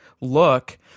look